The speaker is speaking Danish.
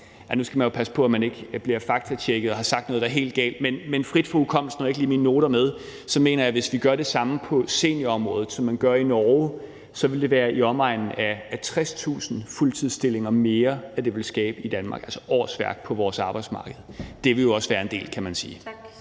Nu skal man jo passe på, at man ikke bliver faktatjekket og har sagt noget, der er helt galt. Men frit fra hukommelsen – for jeg har ikke lige mine noter med – mener jeg, at hvis vi gør det samme på seniorområdet, som man gør i Norge, vil det være i omegnen af 60.000 fuldtidsstillinger mere, altså årsværk på vores arbejdsmarked, som det vil skabe i Danmark. Det vil jo også være en del, kan man sige.